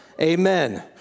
Amen